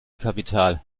kapital